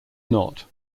not